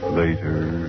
later